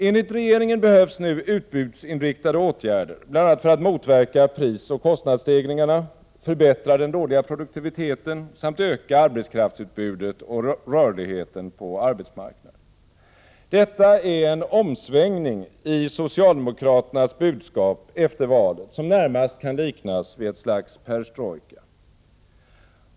Enligt regeringen behövs nu utbudsinriktade åtgärder bl.a. för att motverka prisoch kostnadsstegringarna, förbättra den dåliga produktiviteten samt öka arbetskraftsutbudet och rörligheten på arbetsmarknaden. Detta är en omsvängning i socialdemokraternas budskap efter valet som närmast kan liknas vid ett slags ”perestrojka”.